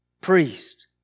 priest